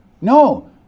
no